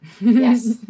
Yes